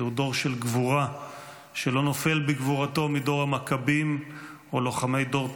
זהו דור של גבורה שלא נופל בגבורתו מדור המכבים או לוחמי דור תש"ח,